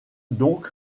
donc